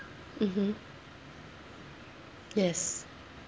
mmhmm yes